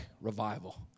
revival